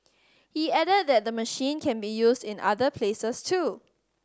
he added that the machine can be used in other places too